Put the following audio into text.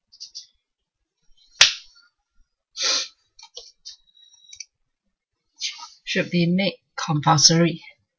should be made compulsory